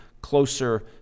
closer